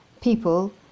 people